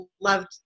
loved